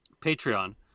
Patreon